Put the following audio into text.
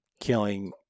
killing